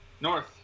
north